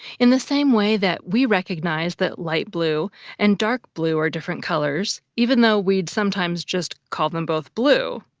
in the same way that we recognize that light blue and dark blue are different colors even though we'd sometimes just call them both just blue.